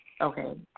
Okay